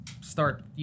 start